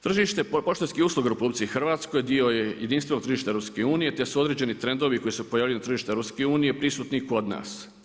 Tržište poštanskih usluga u RH dio je jedinstvenog tržišta EU te su određeni trendovi koji se pojavljuju na tržištu EU prisutni i kod nas.